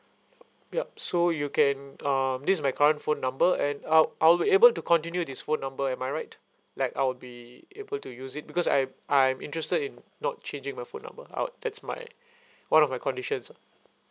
yup so you can uh this is my current phone number and I'll I'll be able to continue this phone number am I right like I'll be able to use it because I'm I'm interested in not changing my phone number I'll that's my one of my conditions ah